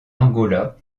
angola